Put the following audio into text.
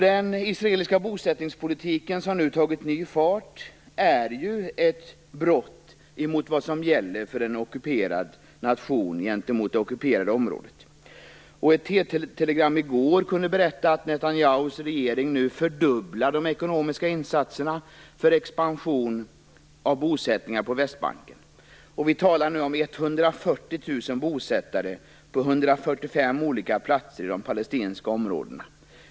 Den israeliska bosättningspolitiken, som nu tagit ny fart, är nämligen ett brott mot vad som gäller för en ockuperad nation gentemot det ockuperade området. I ett TT-telegram i går berättades att Netanyahus regering nu fördubblar de ekonomiska insatserna för expansion av bosättningar på Västbanken. Vi talar nu om 140 000 bosättare på 145 olika platser i de palestinska områdena.